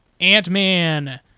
ant-man